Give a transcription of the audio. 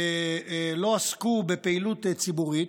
לא עסקו בפעילות ציבורית,